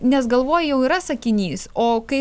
nes galvoj jau yra sakinys o kai